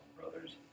brothers